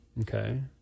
okay